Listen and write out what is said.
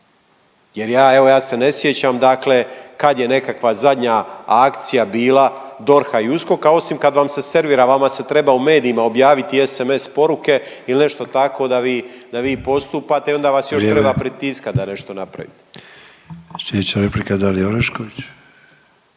Jer ja, evo ja se ne sjećam dakle kad je nekakva zadnja akcija bila DORH-a i USKOKA, osim kad vam se servira, vama se treba u medijima objaviti SMS poruke il nešto tako da vi, da vi postupate i onda vas još treba pritiskat …/Upadica Sanader: vrijeme./…